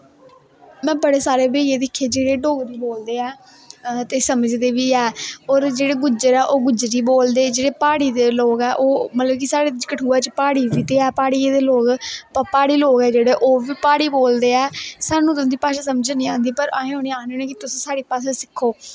में बड़े सारे भाईये दिक्खे जेह्ड़े डोगरी बोलदे ऐ ते समझदे बी ऐ और जेह्ड़े गुज्जर ऐ ओह् गोजरी बोलदे ओह् जेह्ड़े प्हाड़िये लोग ऐ मतलव कि साढ़े कठुआ च प्हाड़ी बी ते है प्हाड़ें दे लोग प्हाड़ी लोग ऐ जेह्ड़े ओह् प्हाड़ी बोलदे ऐ स्हानू ते उंदी भाशा समझ नी आंदी पर असें उनेंगी आखने होन्ने कि तुस साढ़ी भाशा सिक्खो